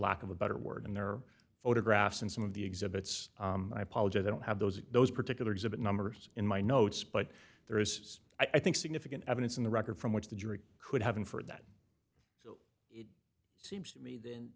lack of a better word and there are photographs and some of the exhibits i apologize i don't have those those particular exhibit numbers in my notes but there is i think significant evidence in the record from which the jury could have been for that seems to me then